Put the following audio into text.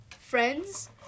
friends